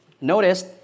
notice